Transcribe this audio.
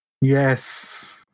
Yes